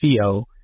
CO